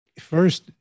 First